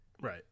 right